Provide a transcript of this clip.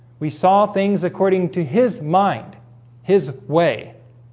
we saw things according to his mind his way